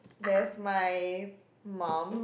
there's my mum